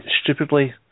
stupidly